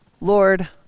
Lord